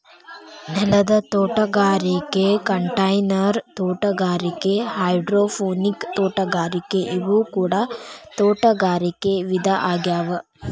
ನೆಲದ ತೋಟಗಾರಿಕೆ ಕಂಟೈನರ್ ತೋಟಗಾರಿಕೆ ಹೈಡ್ರೋಪೋನಿಕ್ ತೋಟಗಾರಿಕೆ ಇವು ಕೂಡ ತೋಟಗಾರಿಕೆ ವಿಧ ಆಗ್ಯಾವ